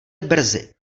brzy